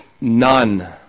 none